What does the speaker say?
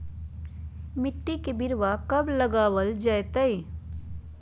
मिट्टी में बिरवा कब लगवल जयतई?